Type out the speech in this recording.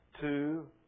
two